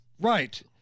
Right